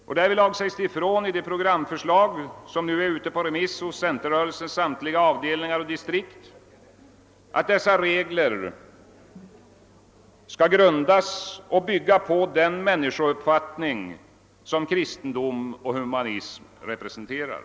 Det uttalas i det programförslag som nu är ute på remiss i centerrörelsens samtliga avdelningar och distrikt, att dessa regler skall grundas och bygga på den människouppfattning som kristendom och humanism representerar.